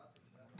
תבדקי.